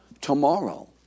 tomorrow